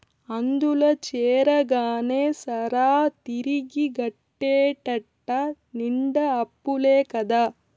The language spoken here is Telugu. అందుల చేరగానే సరా, తిరిగి గట్టేటెట్ట నిండా అప్పులే కదా